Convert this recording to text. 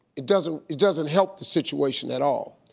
it doesn't it doesn't help the situation at all.